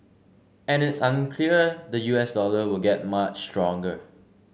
and it's unclear the U S dollar will get much stronger